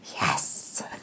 yes